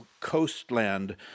coastland